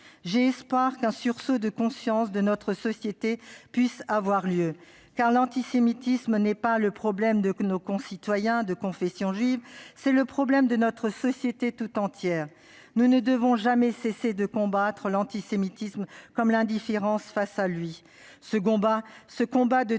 J'ai l'espoir qu'un sursaut de conscience puisse avoir lieu dans notre société, car l'antisémitisme n'est pas le problème de nos concitoyens de confession juive : c'est le problème de notre société tout entière. Nous ne devons jamais cesser de combattre tant l'antisémitisme que l'indifférence à